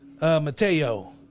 Mateo